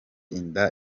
inda